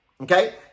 okay